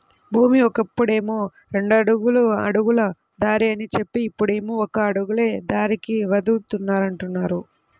భూమి కొన్నప్పుడేమో రెండడుగుల అడుగుల దారి అని జెప్పి, ఇప్పుడేమో ఒక అడుగులే దారికి వదులుతామంటున్నారు